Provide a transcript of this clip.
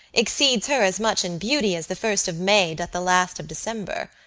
exceeds her as much in beauty as the first of may doth the last of december.